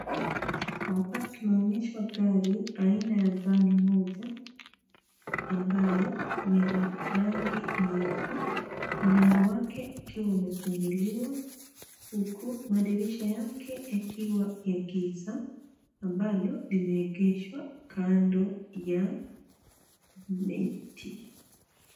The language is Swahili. Hapa tunaonyeshwa gari aina ya van moja ambayo ni la rangi nyeupe. Mlango wale ukiwa umefunguliwa huku madirisha yake yakiwa ya giza ambalo limeegeshwa kando ya miti.